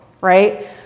right